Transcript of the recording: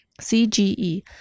CGE